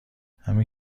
همین